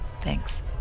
Thanks